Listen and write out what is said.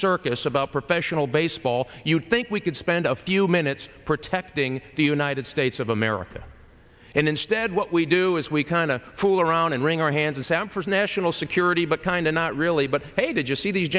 circus about professional baseball you'd think we could spend a few minutes protecting the united states of america and instead what we do is we kind of fool around and wring our hands and sam for national security but kind of not really but hey did you see the